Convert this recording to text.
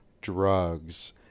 drugs